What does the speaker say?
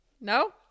No